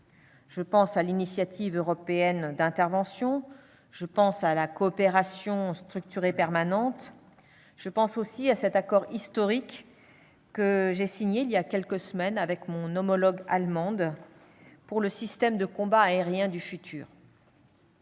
Je pense à l'initiative européenne d'intervention, je pense à la coopération structurée permanente. Je pense aussi à cet accord historique que j'ai signé, voilà quelques semaines, avec mon homologue allemande, pour le système de combat aérien futur.